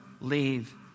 leave